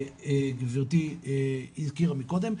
שגברתי הזכירה מקודם,